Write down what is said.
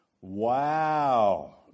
Wow